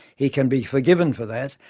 he can be forgiven for that,